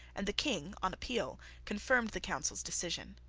and the king, on appeal, confirmed the council's decision.